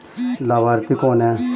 लाभार्थी कौन है?